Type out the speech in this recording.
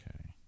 Okay